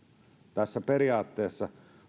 tässä periaatteessa